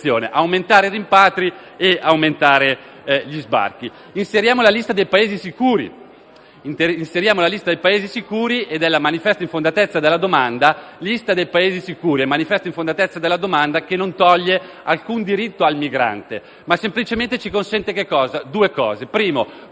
Inseriamo la lista dei Paesi sicuri e della manifesta infondatezza della domanda, che non tolgono alcun diritto al migrante. Semplicemente questo ci consente due cose: